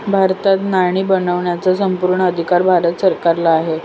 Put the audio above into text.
भारतात नाणी बनवण्याचा संपूर्ण अधिकार भारत सरकारला आहे